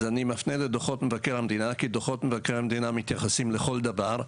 אז אני מפנה לדוחות מבקר המדינה כי דוחות מבקר המדינה מתייחסים לכל דבר,